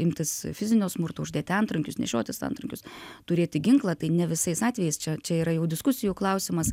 imtis fizinio smurto uždėti antrankius nešiotis antrankius turėti ginklą tai ne visais atvejais čia čia yra jau diskusijų klausimas